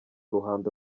ruhando